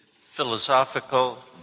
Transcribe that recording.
philosophical